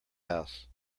house